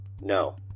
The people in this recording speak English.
no